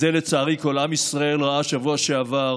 את זה, לצערי, כל עם ישראל ראה בשבוע שעבר.